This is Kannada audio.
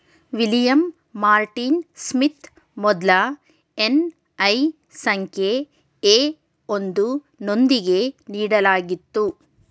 ವಿಲಿಯಂ ಮಾರ್ಟಿನ್ ಸ್ಮಿತ್ ಮೊದ್ಲ ಎನ್.ಐ ಸಂಖ್ಯೆ ಎ ಒಂದು ನೊಂದಿಗೆ ನೀಡಲಾಗಿತ್ತು